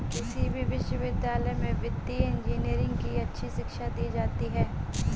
किसी भी विश्वविद्यालय में वित्तीय इन्जीनियरिंग की अच्छी शिक्षा दी जाती है